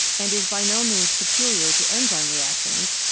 and is by no means peculiar to enzyme reactions,